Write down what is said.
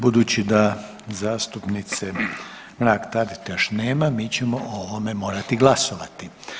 Budući da zastupnice Mrak Taritaš nema mi ćemo o ovome morati glasovati.